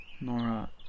Nora